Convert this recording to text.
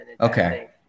Okay